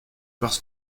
parce